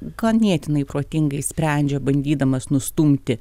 ganėtinai protingai sprendžia bandydamas nustumti